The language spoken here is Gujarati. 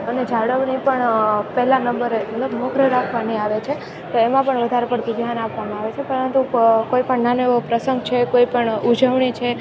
અને જાળવણી પણ પહેલા નંબરે મતલબ મોખરે રાખવાની આવે છે તો એમાં પણ વધારે પડતું ધ્યાન આપવામાં આવે છે પરંતુ કોઈપણ નાનો એવો પ્રસંગ છે કોઈપણ ઉજવણી છે